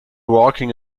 walking